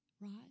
right